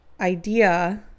idea